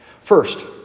First